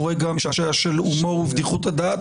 הוא רגע משעשע של הומור ובדיחות הדעת.